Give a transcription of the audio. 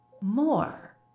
more